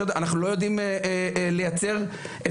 אנחנו יושבים פה כולנו ביחד וכולנו משפחה אחת,